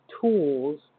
tools